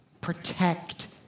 Protect